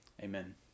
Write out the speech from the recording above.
Amen